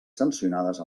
sancionades